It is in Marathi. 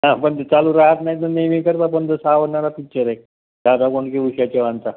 हा पण ते चालू राहत नाहीत ना नेहमी करता बंदच आवडणारा पिक्चर आहे दादा कोंडके उषा चव्हाणचा